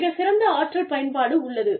மிகச்சிறந்த ஆற்றல் பயன்பாடு உள்ளது